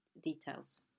details